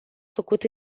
făcut